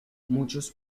muchos